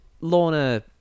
Lorna